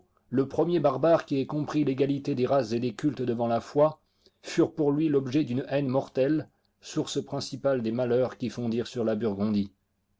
le premier barbare qui ait compris l'égalité des races et des cultes devant la loi furent pour lui l'objet d'une haine mortelle source principale des malheurs qui fondirent sur la burgondie